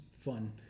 fun